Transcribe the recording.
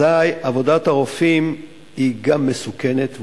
אזי עבודת הרופאים היא גם מסוכנת,